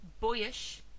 boyish